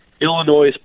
Illinois